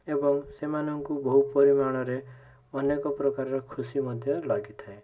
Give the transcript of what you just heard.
ଏବଂ ସେମାନଙ୍କୁ ବହୁ ପରିମାଣରେ ଅନେକ ପ୍ରକାରର ଖୁସି ମଧ୍ୟ ଲାଗିଥାଏ